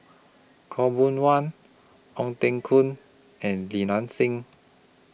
Khaw Boon Wan Ong Teng Koon and Li Nanxing